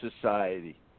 society